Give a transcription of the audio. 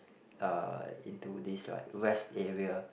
uh into this like rest area